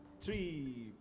Three